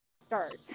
start